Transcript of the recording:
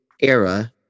era